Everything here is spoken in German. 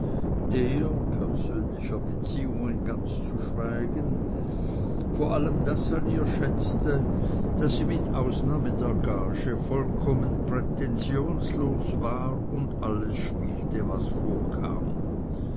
persönlicher beziehungen zu geschweigen vor allem das an ihr schätzte daß sie mit ausnahme der gage vollkommen prätensionslos war und alles spielte was vorkam